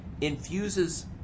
infuses